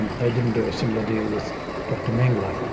they didn't do a similar deal with dr mengele.